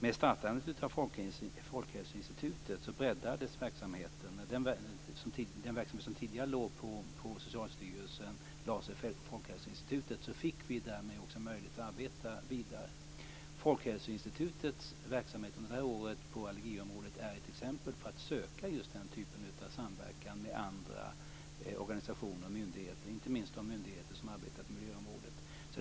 Med startandet av Folkhälsoinstitutet breddades den verksamhet som tidigare låg under Socialstyrelsen. Därmed fick vi möjligheter att arbeta vidare. Folkhälsoinstitutets verksamhet under det här året på allergiområdet är ett exempel på samverkan med andra organisationer och myndigheter, inte minst de myndigheter som arbetar inom miljöområdet.